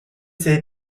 sei